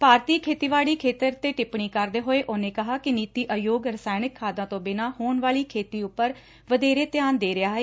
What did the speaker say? ਭਾਰਤੀ ਖੇਤੀਬਾਤੀ ਖੇਤਰ ਤੇ ਟਿੱਪਣੀ ਕਰਦੇ ਹੋਏ ਉਨੂਾ ਕਿਹਾ ਕਿ ਨੀਤੀ ਆਯੋਗ ਰਸਾਇਣਕ ਖਾਦਾਂ ਤੋਂ ਬਿਨਾ ਹੋਣ ਵਾਲੀ ਖੇਤੀ ਉਪਰ ਵਧੇਰੇ ਧਿਆਨ ਦੇ ਰਿਹਾ ਏ